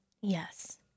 Yes